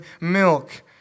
milk